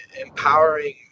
empowering